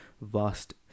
vast